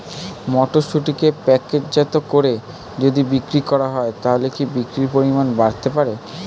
মটরশুটিকে প্যাকেটজাত করে যদি বিক্রি করা হয় তাহলে কি বিক্রি পরিমাণ বাড়তে পারে?